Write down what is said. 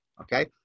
Okay